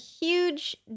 huge